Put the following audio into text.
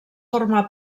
forma